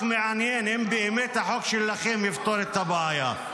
מעניין אם החוק שלכם באמת יפתור את הבעיה.